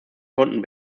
konnten